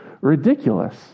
ridiculous